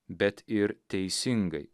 bet ir teisingai